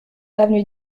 avenue